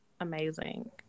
amazing